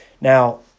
Now